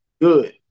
Good